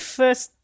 first